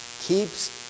keeps